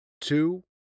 two